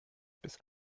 bis